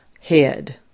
head